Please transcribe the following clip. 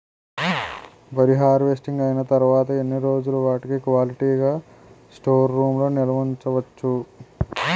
వరి హార్వెస్టింగ్ అయినా తరువత ఎన్ని రోజులు వాటిని క్వాలిటీ గ స్టోర్ రూమ్ లొ నిల్వ ఉంచ వచ్చు?